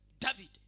David